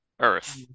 Earth